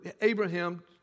Abraham